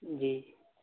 جی